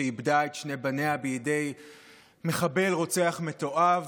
שאיבדה את שני בניה בידי מחבל רוצח מתועב,